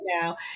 now